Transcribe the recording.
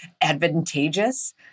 advantageous